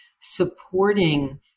supporting